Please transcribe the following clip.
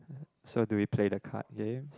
so do we play the card games